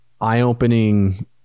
eye-opening